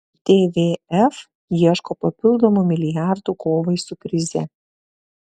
tvf ieško papildomų milijardų kovai su krize